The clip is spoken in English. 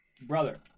Brother